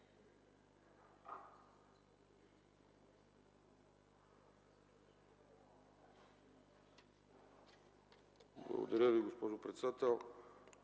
Благодаря Ви, госпожо председател.